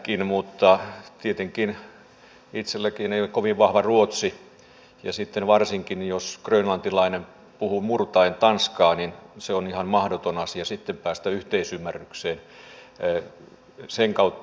mutta tietenkään itsellänikään ei ole kovin vahva ruotsi ja sitten varsinkin jos grönlantilainen puhuu murtaen tanskaa on ihan mahdoton asia päästä yhteisymmärrykseen sen kautta